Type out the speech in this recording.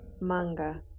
Manga